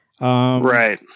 Right